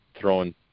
throwing